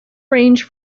range